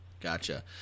Gotcha